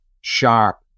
sharp